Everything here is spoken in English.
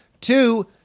Two